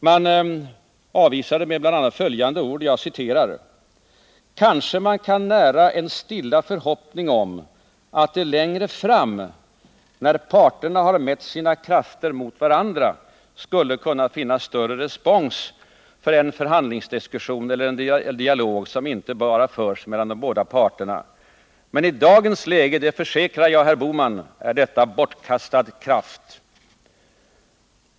Man avvisade min begäran med bl.a. följande ord: ”Kanske man kan nära en stilla förhoppning om att det längre fram, när parterna har mätt sina krafter mot varandra, skulle kunna finnas större respons för en förhandlingsdiskussion eller en dialog som inte bara förs mellan de båda parterna. Men i dagens läge, det försäkrar jag herr Bohman, är det bortkastad kraft.